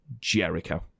Jericho